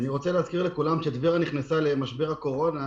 אני רוצה להזכיר לכולם שטבריה נכנסה למשבר הקורונה